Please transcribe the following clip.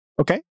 Okay